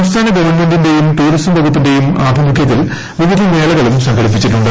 സംസ്ഥാന ഗവൺക്റ്റിന്റെയും ടൂറിസം വകുപ്പിന്റെയും ആഭിമുഖ്യത്തിൽ വിവിധ മേളക്ടളും സംഘടിപ്പിച്ചിട്ടുണ്ട്